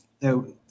no